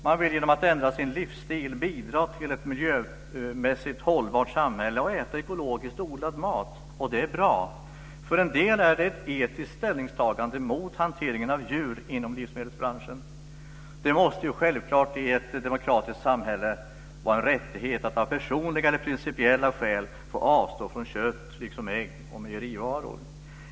Man vill genom att ändra sin livsstil bidra till ett miljömässigt hållbart samhälle och äta ekologiskt odlad mat, och det är bra. För en del är det ett etiskt ställningstagande mot hanteringen av djur inom livsmedelsbranschen. Det måste självklart vara en rättighet i ett demokratiskt samhälle att av personliga eller principiella skäl avstå från kött liksom ägg och mejerivaror.